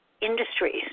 industries